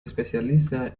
especializa